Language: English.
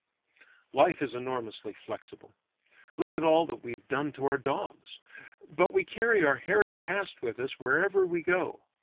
life is enormously flexible look at all that we've done to our dogs but we carry our hairy past with us wherever we go.